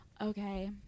Okay